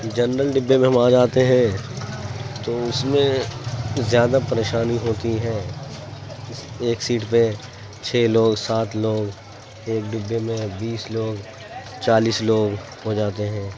general ڈبے میں ہم آ جاتے ہیں تو اس میں زیادہ پریشانی ہوتی ہے ایک سیٹ پہ چھ لوگ سات لوگ ایک ڈبے میں بیس لوگ چالیس لوگ ہو جاتے ہیں